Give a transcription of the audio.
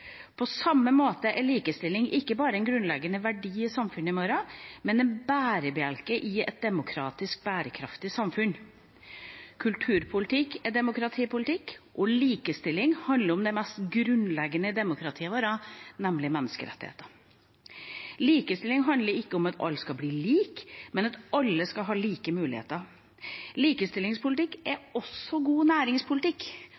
På samme måte er likestilling ikke bare en grunnleggende verdi i samfunnet vårt, men en bærebjelke i et demokratisk bærekraftig samfunn. Kulturpolitikk er demokratipolitikk, og likestilling handler om det mest grunnleggende i demokratiet vårt, nemlig menneskerettigheter. Likestilling handler ikke om at alle skal bli like, men om at alle skal ha like muligheter. Likestillingspolitikk